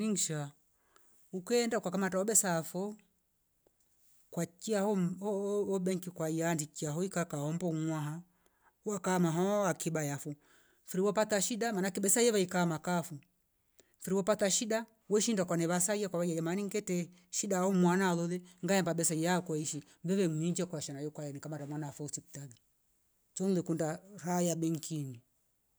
Inksha ukaenda ukakamata ubesa fo kwakia hum uwoo- obenki kwa yandikia hoika kakaa hombo hungwa ha wakama ho akabia yafo firwa wapata shida manaake besa yeva ikama kafo, firwu pata weshinda kwa nevasaia kwayyeye mani ngete shida ho mwana loli ngaya mabesa yo koishi lilie mninja kwasha nayo kwaya rika le mwana fo siptali chun likunda haya benkini